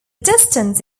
distance